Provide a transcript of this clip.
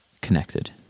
connected